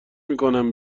میکنم